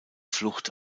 flucht